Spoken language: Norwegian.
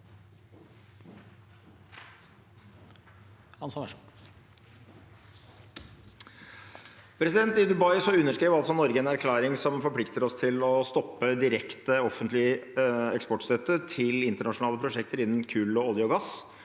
I Dubai under- skrev Norge en erklæring som forplikter oss til å stoppe direkte offentlig eksportstøtte til internasjonale prosjekter innen kull, olje og gass.